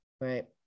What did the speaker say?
right